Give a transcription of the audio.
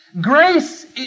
Grace